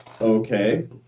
Okay